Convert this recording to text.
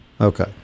Okay